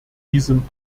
diesem